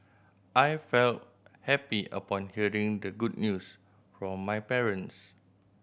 I felt happy upon hearing the good news from my parents